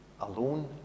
alone